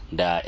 da